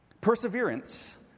Perseverance